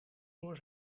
door